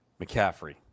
McCaffrey